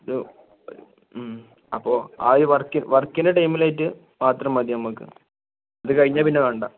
ഒരു അപ്പോൾ ആ വർക്ക് വർക്കിൻ്റെ ടൈമിലായിട്ട് മാത്രം മതി നമുക്ക് അത് കഴിഞ്ഞാൽ പിന്നെ വേണ്ട